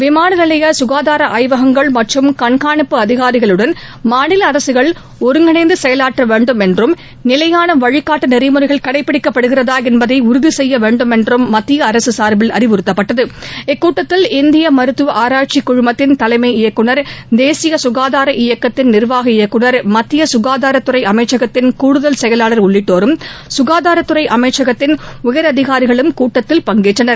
விமான நிலைய சுகாதார ஆய்வகங்கள் மற்றும் கண்ணிப்பு அதிகாரிகளுடன் மாநில அரசுகள் ஒருங்கிணைந்து செயலாற்ற வேண்டும் என்றும் நிலையான வழிகாட்டு நெறிமுறைகள் கடைபிடிக்கப்படுகிறா என்பதை உறுதி செய்ய வேண்டும் என்றும் மத்திய அரசு சார்பில் அறிவுறுத்தப்பட்டது இக்கூட்டத்தில் இந்திய மருத்துவ ஆராய்ச்சி குழுமத்தின் தலைமை இயக்குனர் தேசிய சுகாதார இயக்கத்தின் நீர்வாக இயக்குனர் மத்திய சுகாதாரத்துறை அமைச்சகத்தின் கூடுதல் செயலாளர் உள்ளிட்டோரும் சுகாதாரத்துறை அமைச்சகத்தின் உயர் அதிகாரிகளும் கூட்டத்தில் பங்கேற்றனர்